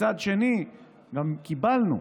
מצד שני, קיבלנו,